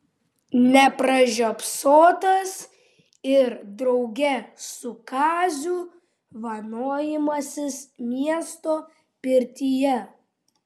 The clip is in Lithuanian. nepražiopsotas ir drauge su kaziu vanojimasis miesto pirtyje